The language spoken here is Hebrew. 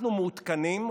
אנחנו מעודכנים,